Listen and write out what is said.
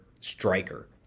striker